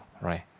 right